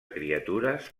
criatures